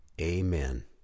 Amen